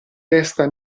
testa